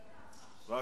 אחת.